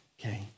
okay